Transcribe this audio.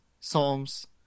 Psalms